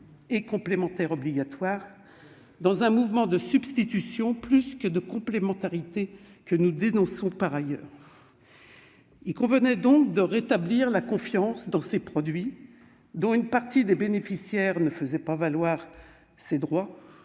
et complémentaire obligatoire, dans un mouvement de substitution plus que de complémentarité, que nous dénonçons par ailleurs. Il convenait donc de rétablir la confiance dans ces produits, dont une partie des bénéficiaires ne faisaient pas valoir leurs droits,